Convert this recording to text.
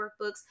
workbooks